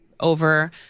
over